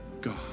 God